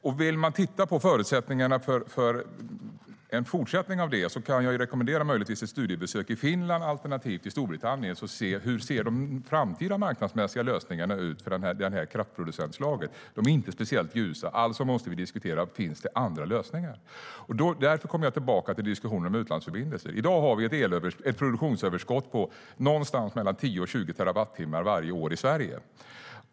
Därför kommer jag tillbaka till diskussionen om utlandsförbindelser. I dag har vi ett produktionsöverskott på 10-20 terawattimmar varje år i Sverige.